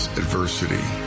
adversity